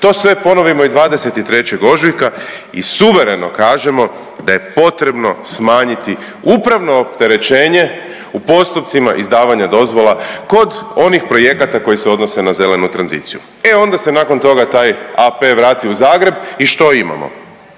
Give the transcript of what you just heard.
to sve ponovimo i 23. ožujka i suvereno kažemo da je potrebno smanjiti upravno opterećenje u postupcima izdavanja dozvola kod onih projekata koji se odnose na zelenu tranziciju. E onda se nakon toga taj AP vrati u Zagreb i što imamo?